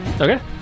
Okay